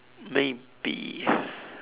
maybe